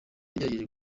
yagerageje